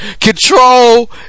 Control